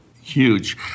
huge